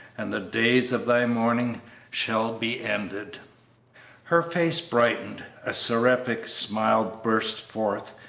and the days of thy mourning shall be ended her face brightened a seraphic smile burst forth,